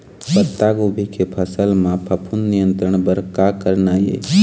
पत्तागोभी के फसल म फफूंद नियंत्रण बर का करना ये?